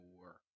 work